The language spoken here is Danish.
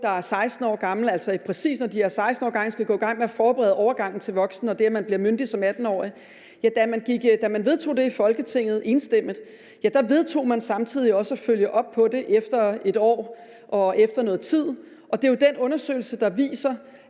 regel om, at man, præcis når den unge er 16 år gammel, skal gå i gang med at forberede overgangen til voksenlivet, i forhold til at den unge bliver myndig som 18-årig, altså da man vedtog det enstemmigt i Folketinget, så vedtog man samtidig også, at man skulle følge op på det efter et år og efter noget tid. Og det er jo den undersøgelse, der viser,